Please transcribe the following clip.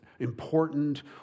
important